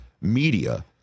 media